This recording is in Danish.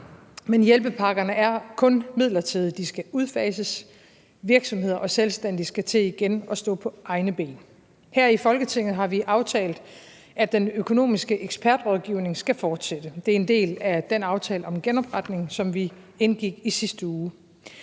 men hjælpepakkerne er kun midlertidige, og de skal udfases; virksomheder og selvstændige skal til igen at stå på egne ben. Her i Folketinget har vi aftalt, at den økonomiske ekspertrådgivning skal fortsætte. Det er en del af den aftale om genopretning, som vi indgik i sidste uge.